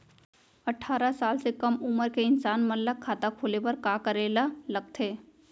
अट्ठारह साल से कम उमर के इंसान मन ला खाता खोले बर का करे ला लगथे?